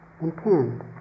intend